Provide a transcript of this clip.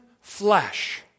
flesh